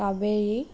Kaveri